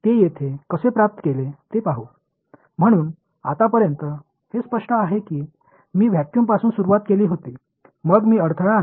म्हणून आतापर्यंत हे स्पष्ट आहे की मी व्हॅक्यूमपासून सुरुवात केली होती मग मी अडथळा आणला